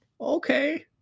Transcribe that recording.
Okay